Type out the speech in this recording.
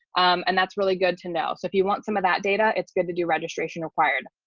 and that's really good to know. so if you want some of that data, it's good to do registration required.